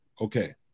okay